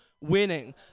winning